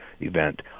event